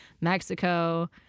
Mexico